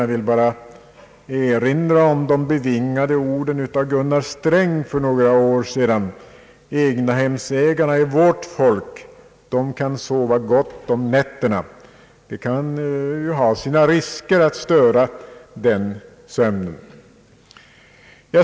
Jag vill bara erinra om de bevingade orden av Gunnar Sträng för några år sedan: »Egnahemsägarna är vårt folk, de kan sova gott om nätterna.» Det kan ha sina risker att störa den sömnen.